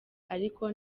ariko